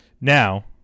Now